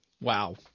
Wow